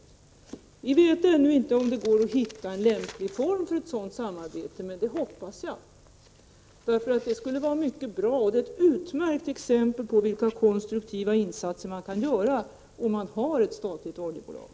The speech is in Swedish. Vi vet ännu inte om det går att hitta en lämplig form för ett sådant samarbete, men det hoppas jag. Det skulle ju vara mycket bra, och det är ett utmärkt exempel på vilka konstruktiva insatser som kan göras om man har ett statligt oljebolag.